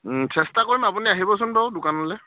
চেষ্টা কৰিম আপুনি আহিবচোন বাৰু দোকানলৈ